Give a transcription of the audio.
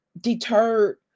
deterred